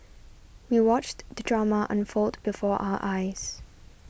we watched the drama unfold before our eyes